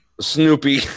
Snoopy